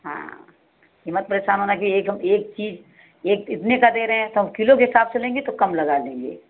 हाँ यह मत परेशान होना कि एक हम एक चीज़ एक इतने का दे रहे हैं तो हम किलो के हिसाब से लेंगे तो कम लगा लेंगे